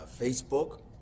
Facebook